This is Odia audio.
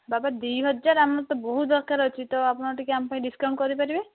ବାବା ଦୁଇହଜାର ଆମର ତ ବହୁତ ଦରକାର ଅଛି ତ ଆପଣ ଟିକେ ଆମ ପାଇଁ ଡିସକାଉଣ୍ଟ କରିପାରିବେ